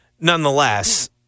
nonetheless –